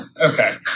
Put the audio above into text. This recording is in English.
Okay